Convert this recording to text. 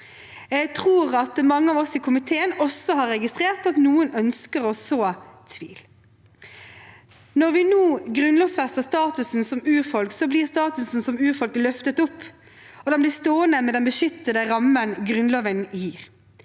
Jeg tror at mange av oss i komiteen også har registrert at noen ønsker å så tvil. Når vi nå grunnlovfester statusen som urfolk, blir statusen som urfolk løftet opp, og den blir stående med den beskyttende rammen Grunnloven gir.